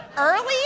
Early